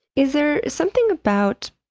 is there something about,